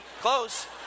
close